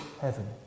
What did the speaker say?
heaven